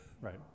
right